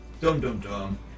Dum-dum-dum